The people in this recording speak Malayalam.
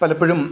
പലപ്പോഴും